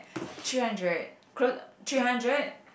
three hundred cloth three hundred